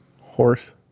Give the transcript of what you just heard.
horse